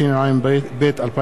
התשע"ב 2012,